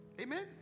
Amen